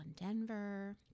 Denver